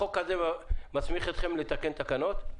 החוק הזה מסמיך אתכם להתקין תקנות?